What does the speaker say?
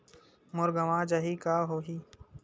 मोर गंवा जाहि का होही?